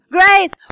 grace